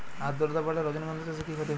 আদ্রর্তা বাড়লে রজনীগন্ধা চাষে কি ক্ষতি হয়?